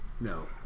No